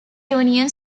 union